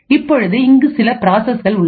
இப்பொழுது இங்கு சில ப்ராசஸ்கல் உள்ளன